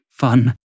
fun